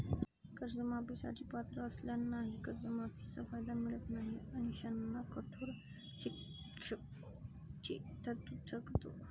कर्जमाफी साठी पात्र असलेल्यांनाही कर्जमाफीचा कायदा मिळत नाही अशांना कठोर शिक्षेची तरतूद करतो